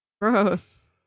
Gross